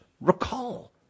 recall